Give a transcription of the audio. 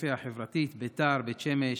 הפריפריה החברתית, ביתר, בית שמש,